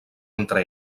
entre